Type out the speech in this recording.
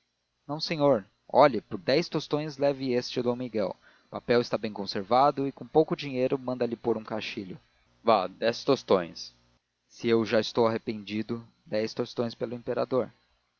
não senhor olhe por dez tostões leve este de d miguel o papel está bem conservado e com pouco dinheiro manda-lhe pôr um caixilho vá dez tostões se eu já estou arrependido dez tostões pelo imperador